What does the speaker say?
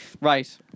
Right